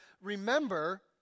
remember